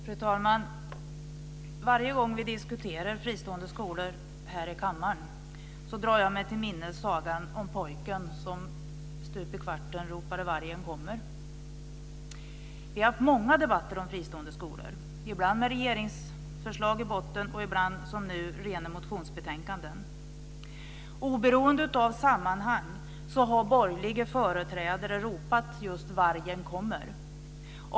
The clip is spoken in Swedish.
Fru talman! Varje gång vi diskuterar fristående skolor här i kammaren drar jag mig till minnes sagan om pojken som ropade "vargen kommer". Vi har haft många debatter om fristående skolor. Ibland har det varit med regeringsförslag i botten, ibland, som nu, rena motionsbetänkanden. Oberoende av sammanhang har borgerliga företrädare ropat "vargen kommer".